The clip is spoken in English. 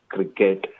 Cricket